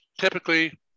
typically